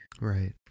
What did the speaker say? Right